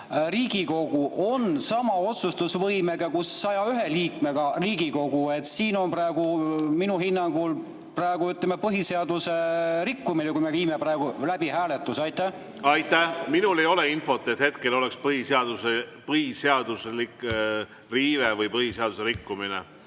Riigikogu on sama otsustusvõimega kui 101 liikmega Riigikogu. Siin on praegu minu hinnangul põhiseaduse rikkumine, kui me viime praegu läbi hääletuse. Aitäh! Minul ei ole infot, et hetkel esineks põhiseaduslik riive või põhiseaduse rikkumine.